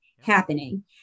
happening